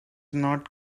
not